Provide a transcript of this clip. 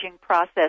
process